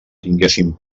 tinguessin